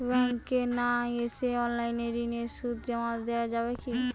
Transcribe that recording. ব্যাংকে না এসে অনলাইনে ঋণের সুদ জমা দেওয়া যাবে কি?